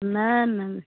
नै नै नै